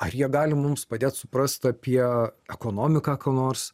ar jie gali mums padėt suprasti apie ekonomiką ko nors